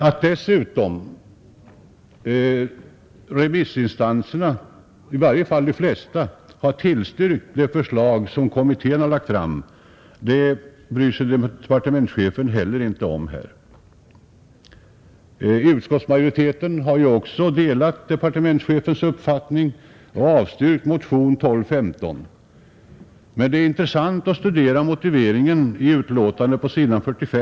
De flesta remissinstanserna har dessutom tillstyrkt det förslag som kommittén lagt fram, men det bryr sig departementschefen heller inte om, Utskottsmajoriteten har delat departementschefens uppfattning och avstyrkt motionen 1215, men det är intressant att studera motiveringen härför på s. 45 i utskottets betänkande.